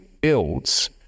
builds